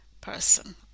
person